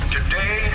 Today